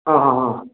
ಹಾಂ ಹಾಂ ಹಾಂ